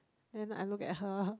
then I look at her